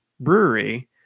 brewery